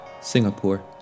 Singapore